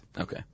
Okay